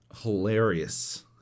hilarious